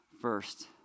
first